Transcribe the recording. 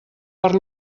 per